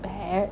bad